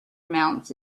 amounts